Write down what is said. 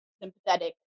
sympathetic